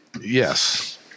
Yes